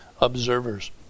observers